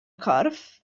corff